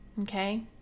okay